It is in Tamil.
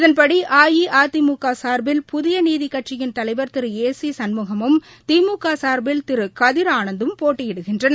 இதன்படி இஅதிமுகசா்பில் புதியநீதிக்கட்சியின் தலைவா் திரு ஏ சிகண்முகமும் திமுகசா்பில் திருகதிர் ஆனந்த்தும் போட்டியிடுகின்றனர்